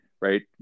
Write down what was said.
Right